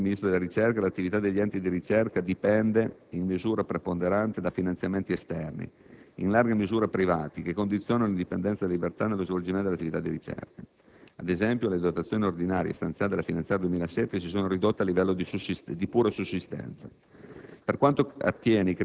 Nonostante le dichiarazioni del Ministro della ricerca, l'attività degli enti di ricerca dipende, in misura preponderante, da finanziamenti esterni, in larga misura privati, che condizionano l'indipendenza della libertà nello svolgimento dell'attività di ricerca. Ad esempio, le dotazioni ordinarie stanziate dalla finanziaria 2007 si sono ridotte a livello di pura sussistenza.